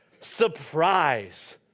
surprise